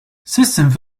systems